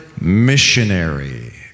missionary